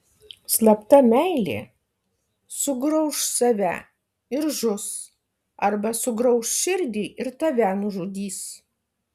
slapta meilė sugrauš save ir žus arba sugrauš širdį ir tave nužudys